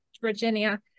Virginia